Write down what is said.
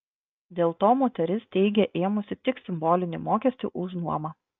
dėl to moteris teigia ėmusi tik simbolinį mokestį už nuomą